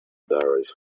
barrels